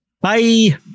Bye